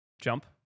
jump